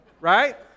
right